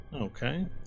okay